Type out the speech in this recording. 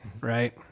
right